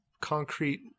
concrete